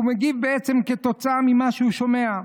הוא מגיב בעצם כתוצאה ממה שהוא שומע.